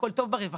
שהכול טוב ברווחה,